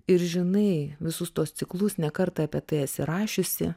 ir žinai visus tuos ciklus ne kartą apie tai esi rašiusi